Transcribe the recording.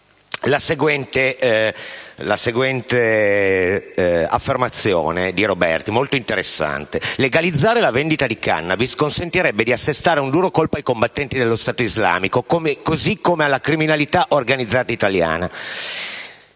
Queste le affermazioni molto interessanti di Roberti: legalizzare la vendita di *cannabis* consentirebbe di assestare un duro colpo ai combattenti dello Stato Islamico così come alla criminalità organizzata italiana.